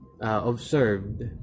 observed